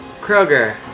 Kroger